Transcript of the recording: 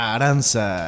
Aranza